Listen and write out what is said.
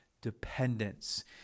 dependence